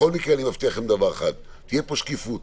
בכל מקרה אני מבטיח לכם דבר אחד, תהיה פה שקיפות.